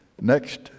next